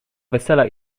wesela